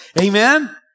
Amen